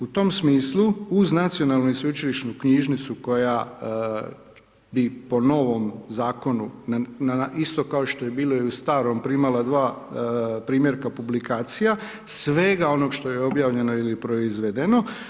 U tom smislu uz Nacionalnu i sveučilišnu knjižnicu koja bi po novom zakonu isto kao što je bilo i u starom primala dva primjerka publikacija, svega onog što je objavljeno ili proizvedeno.